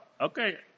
Okay